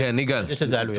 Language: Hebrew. יש לזה עלויות.